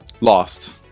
Lost